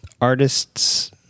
artists